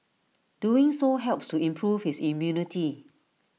doing so helps to improve his immunity